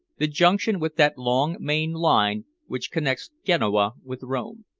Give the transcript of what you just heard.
the junction with that long main line which connects genoa with rome.